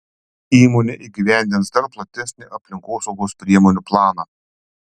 įmonė įgyvendins dar platesnį aplinkosaugos priemonių planą